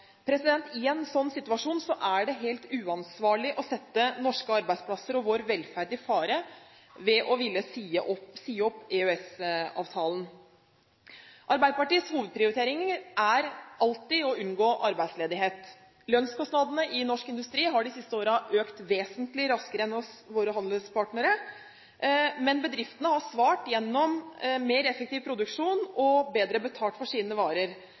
I en slik situasjon er det helt uansvarlig å sette norske arbeidsplasser og vår velferd i fare ved å ville si opp EØS-avtalen. Arbeiderpartiets hovedprioriteringer er alltid å unngå arbeidsledighet. Lønnskostnadene i norsk industri har de siste årene økt vesentlig raskere enn hos våre handelspartnere, men bedriftene har svart gjennom mer effektiv produksjon og bedre betalt for sine varer.